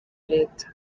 leta